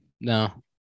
No